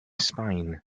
spine